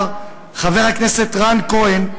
וחבר הכנסת לשעבר רן כהן,